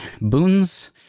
boons